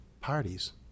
parties